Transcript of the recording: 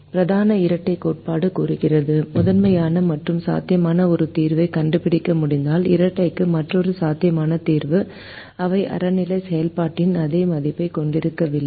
பிரதான இரட்டைக் கோட்பாடு கூறுகிறது முதன்மையான மற்றும் சாத்தியமான ஒரு தீர்வைக் கண்டுபிடிக்க முடிந்தால் இரட்டைக்கு மற்றொரு சாத்தியமான தீர்வு அவை புறநிலை செயல்பாட்டின் அதே மதிப்பைக் கொண்டிருக்கவில்லை